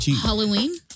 Halloween